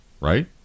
right